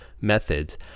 methods